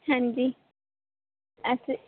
ਹਾਂਜੀ ਅੱਛਾ